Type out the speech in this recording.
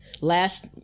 Last